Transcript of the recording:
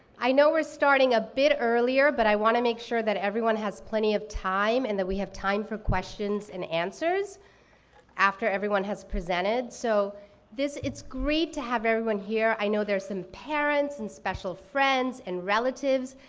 i know we're starting a bit earlier, but i want to make sure that everyone has plenty of time and that we have time for questions and answers after everyone has presented. so it's great to have everyone here. i know there's some parents and special friends and relatives,